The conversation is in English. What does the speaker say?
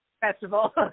festival